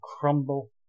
crumble